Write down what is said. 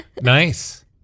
nice